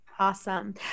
awesome